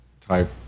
type